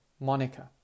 Monica